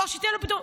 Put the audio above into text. או שתיתן לו פתרון,